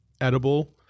edible